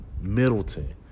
Middleton